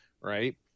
right